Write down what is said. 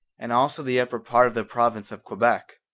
and also the upper part of the province of quebec.